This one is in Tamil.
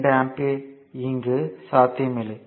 2 ஆம்பியர் இங்கு சாத்தியமில்லை